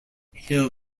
hill